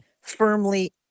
firmly